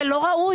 זה לא ראוי.